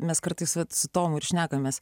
mes kartais atstovų ir šnekamės